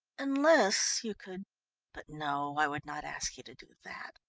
unless you could but, no, i would not ask you to do that!